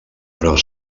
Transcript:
però